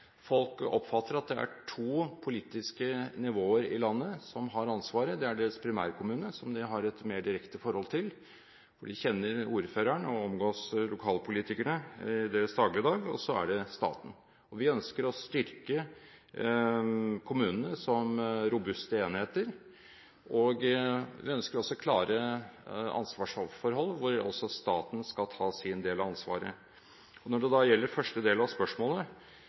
Folk oppfatter at det er to politiske nivåer som har ansvaret i landet. Det er deres primærkommune – som de har et mer direkte forhold til, for de kjenner ordføreren og omgås lokalpolitikerne i sin hverdag – og så er det staten. Vi ønsker å styrke kommunene som robuste enheter, og vi ønsker klare ansvarsforhold hvor også staten skal ta sin del av ansvaret. Så til første del av spørsmålet: